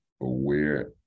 aware